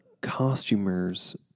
costumers